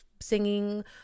singing